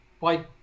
Bye